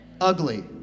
ugly